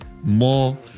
more